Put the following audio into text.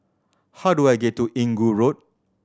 how do I get to Inggu Road